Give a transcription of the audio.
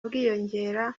bwiyongera